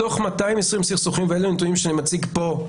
מתוך 220 סכסוכים ואלה הנתונים שאני מציג פה,